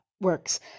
works